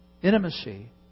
Intimacy